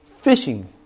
fishing